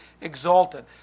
exalted